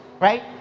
Right